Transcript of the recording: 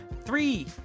Three